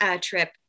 trip